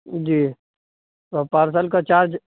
جی تو پارسل کا چارج